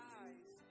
eyes